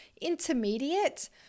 intermediate